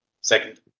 Second